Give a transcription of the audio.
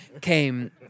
came